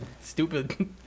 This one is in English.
stupid